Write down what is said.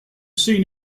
seen